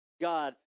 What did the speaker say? God